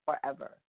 forever